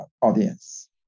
audience